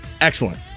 excellent